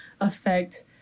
affect